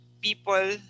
people